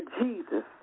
Jesus